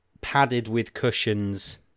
padded-with-cushions